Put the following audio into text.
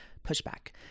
pushback